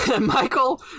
michael